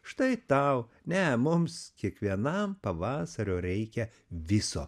štai tau ne mums kiekvienam pavasario reikia viso